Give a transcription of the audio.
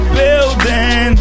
building